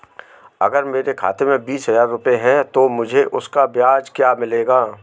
अगर मेरे खाते में बीस हज़ार रुपये हैं तो मुझे उसका ब्याज क्या मिलेगा?